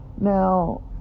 Now